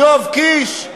יואב קיש,